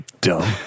dumb